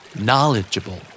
Knowledgeable